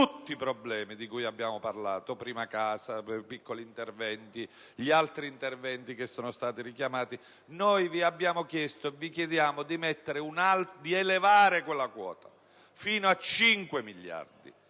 tutti i problemi di cui abbiamo parlato (prima casa, piccoli interventi e tutti gli altri interventi che sono stati richiamati). Vi abbiamo chiesto e vi chiediamo di elevare quella quota fino a 5 miliardi.